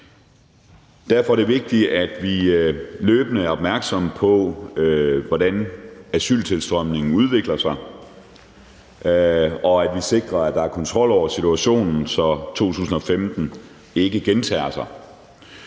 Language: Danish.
Derfor er det vigtigt, at vi løbende er opmærksomme på, hvordan asyltilstrømningen udvikler sig, og at vi sikrer, at der er kontrol over situationen, så det, der skete i